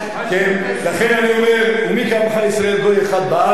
לכן אני אומר "ומי כעמך ישראל גוי אחד בארץ".